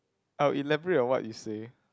I'll elaborate on what you say